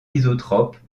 isotrope